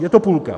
Je to půlka.